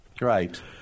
Right